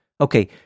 Okay